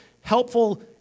helpful